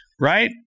right